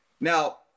now